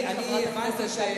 אבל מבחינת קדימה,